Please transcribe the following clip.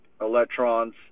electrons